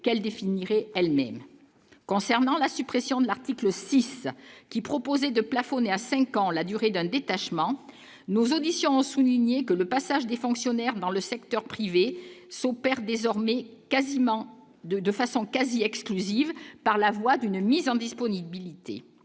qu'définirait elle-même concernant la suppression de l'article 6 qui proposait de plafonner à 5 ans la durée d'un détachement nos auditions ont souligné que le passage des fonctionnaires dans le secteur privé, son père désormais quasiment de façon quasi-exclusive par la voie d'une mise en disponibilité,